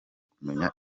kumenya